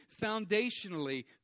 foundationally